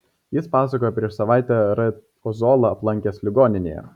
jis pasakojo prieš savaitę r ozolą aplankęs ligoninėje